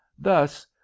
Thus